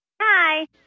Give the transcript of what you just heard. Hi